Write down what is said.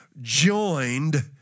joined